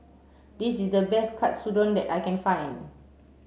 this is the best Katsudon that I can find